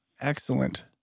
Excellent